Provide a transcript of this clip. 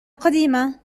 قديمة